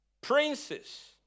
Princes